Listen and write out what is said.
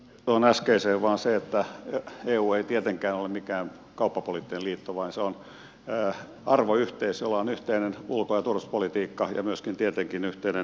tuohon äskeiseen vain se että eu ei tietenkään ole mikään kauppapoliittinen liitto vaan se on arvoyhteisö jolla on yhteinen ulko ja turvallisuuspolitiikka ja myöskin tietenkin yhteinen kauppapolitiikka